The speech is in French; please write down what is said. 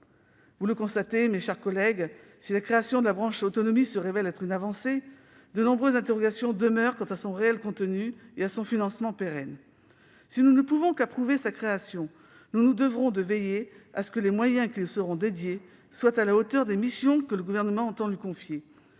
Vous le constatez, mes chers collègues, si la création de la branche autonomie représente une avancée, de nombreuses interrogations demeurent sur son contenu réel et la pérennité de son financement. Si nous ne pouvons qu'approuver sa création, nous nous devrons de veiller à ce que les moyens qui lui seront consacrés soient à la hauteur des missions que le Gouvernement entend lui confier.